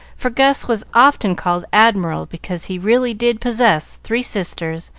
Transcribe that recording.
for gus was often called admiral because he really did possess three sisters,